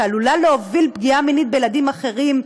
שעלולה להוביל לפגיעה מינית בילדים אחרים,